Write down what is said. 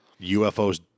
UFOs